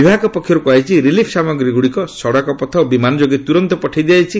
ବିଭାଗ ପକ୍ଷରୁ କୁହାଯାଇଛି ରିଲିଫ୍ ସାମଗ୍ରୀଗୁଡ଼ିକ ସଡ଼କପଥ ଓ ବିମାନ ଯୋଗେ ତୁରନ୍ତ ପଠାଇ ଦିଆଯାଇଛି